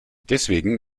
deswegen